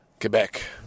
Quebec